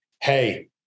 hey